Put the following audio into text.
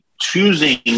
choosing